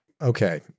Okay